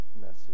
message